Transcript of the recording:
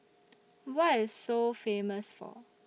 What IS Seoul Famous For